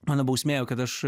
mano bausmė kad aš